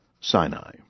Sinai